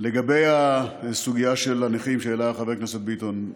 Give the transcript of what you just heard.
לגבי הסוגיה של הנכים שהעלה חבר הכנסת ביטון,